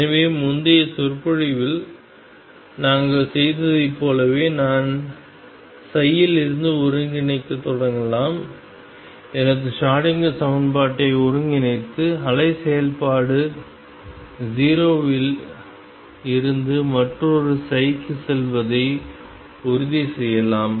எனவே முந்தைய சொற்பொழிவில் நாங்கள் செய்ததைப் போலவே நான் இதிலிருந்து ஒருங்கிணைக்கத் தொடங்கலாம் எனது ஷ்ரோடிங்கர் சமன்பாட்டை ஒருங்கிணைத்து அலை செயல்பாடு 0 வில் இருந்து மற்றொரு க்கு செல்வதை உறுதிசெய்யலாம்